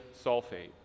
Sulfate